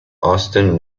austen